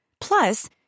Plus